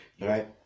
Right